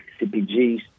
CPGs